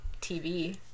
TV